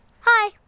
Hi